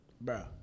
bro